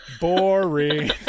boring